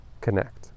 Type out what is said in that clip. Connect